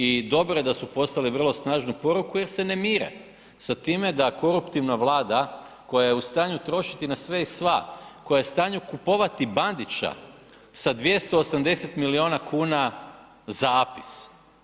I dobro je da su poslali vrlo snažnu poruku jer se ne mire sa time da koruptivna Vlada koja je u stanju trošiti na sve i sva, koja je u stanju kupovati Bandića sa 280 milijuna kuna za APIS.